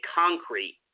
concrete